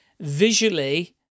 visually